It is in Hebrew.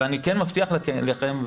אני כן מבטיח לכם,